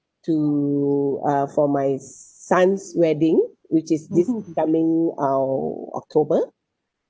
to uh for my son's wedding which is this coming uh october